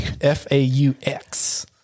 F-A-U-X